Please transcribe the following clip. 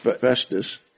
Festus